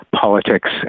politics